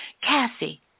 Cassie